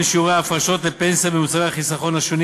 שיעורי ההפרשות לפנסיה במוצרי החיסכון השונים,